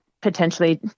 potentially